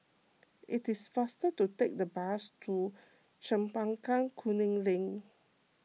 it is faster to take the bus to Chempaka Kuning Link